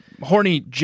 Horny